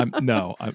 No